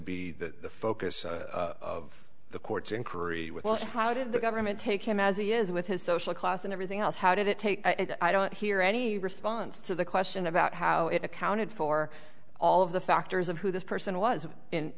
be the focus of the court's inquiry with us how did the government take him as he is with his social class and everything else how did it take i don't hear any response to the question about how it accounted for all of the factors of who this person was in